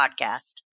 podcast